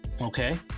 Okay